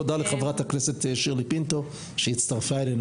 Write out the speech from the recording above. תודה לחברת הכנסת שירלי פינטו קדוש שהצטרפה אלינו.